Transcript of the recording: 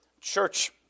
church